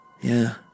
Yeah